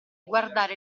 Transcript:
guardare